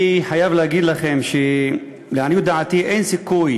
אני חייב להגיד לכם שלעניות דעתי אין סיכוי